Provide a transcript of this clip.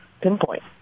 pinpoint